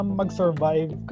mag-survive